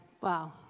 Wow